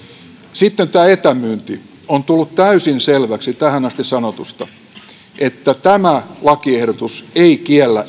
sitten etämyynti on tullut täysin selväksi tähän asti sanotusta että tämä lakiehdotus ei kiellä